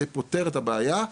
זה פותר את הבעיה,